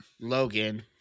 Logan